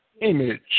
image